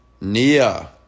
Nia